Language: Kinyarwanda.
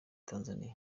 tanzania